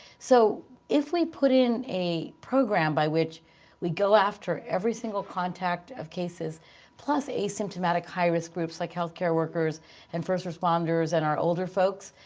so if we put in a program by which we go after every single contact of cases plus asymptomatic high risk groups like healthcare workers and first responders and our older folks,